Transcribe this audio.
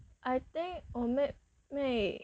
I think 我妹妹